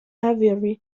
aviary